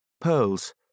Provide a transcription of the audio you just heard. pearls